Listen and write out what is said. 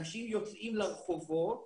אנשים יוצאים לרחובות,